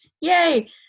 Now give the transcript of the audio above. Yay